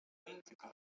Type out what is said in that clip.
genetyka